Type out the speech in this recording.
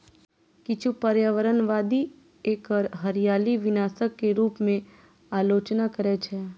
किछु पर्यावरणवादी एकर हरियाली विनाशक के रूप मे आलोचना करै छै